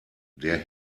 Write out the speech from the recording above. der